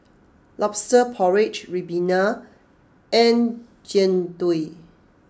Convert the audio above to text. Lobster Porridge Ribena and Jian Dui